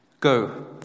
Go